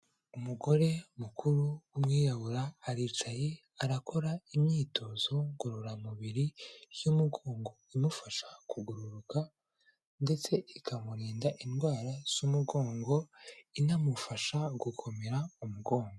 Umugore mukuru w'umwirabura, aricaye arakora imyitozo ngororamubiri y'umugongo imufasha kugororoka ndetse ikamurinda indwara z'umugongo, inamufasha gukomera umugongo.